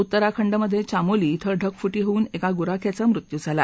उत्तराखंडमधच्चामोली क्वें ढगफुटी होऊन एका गुराख्याचा मृत्यू झाला